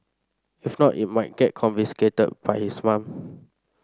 if not it might get confiscated by his mum